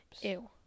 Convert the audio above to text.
Ew